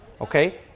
okay